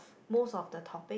most of the topic